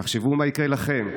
תחשבו מה יקרה לכם,